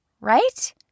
right